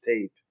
tape